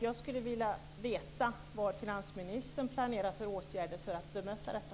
Jag skulle vilja veta vilka åtgärder finansministern planerar för att bemöta detta.